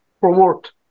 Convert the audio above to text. promote